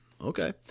Okay